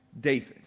David